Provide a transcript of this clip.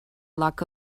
lack